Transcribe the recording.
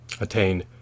Attain